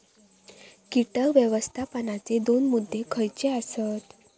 कीटक व्यवस्थापनाचे दोन मुद्दे खयचे आसत?